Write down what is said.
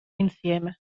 insieme